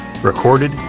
recorded